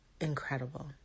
incredible